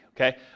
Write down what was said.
Okay